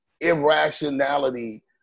irrationality